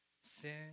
Sin